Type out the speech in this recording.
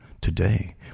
today